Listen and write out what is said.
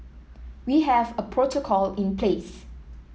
we have a protocol in place